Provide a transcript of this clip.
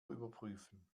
überprüfen